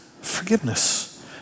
forgiveness